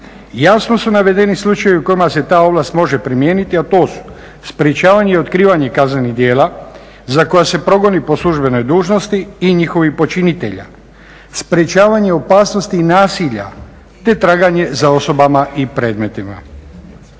Jasno su navedeni slučajevi u kojima se ta ovlast može primijeniti, a to su sprječavanje i otkrivanje kaznenih djela za koja se progoni po službenoj dužnosti i njihovih počinitelja, sprječavanje opasnosti i nasilja te traganje za osobama i predmetima.